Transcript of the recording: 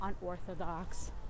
unorthodox